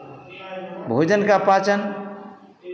भोजन का पाचन